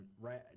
right